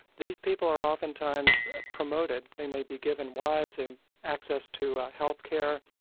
these people are oftentimes promoted, they may be given wives and access to health care,